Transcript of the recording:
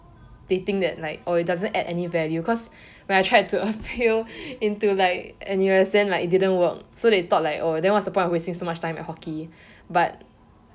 they think that like oh it didn't add any value cause when I tried to appeal into like N_U_S and like it didn't work so they thought like oh what's the point of wasting so much time at hockey but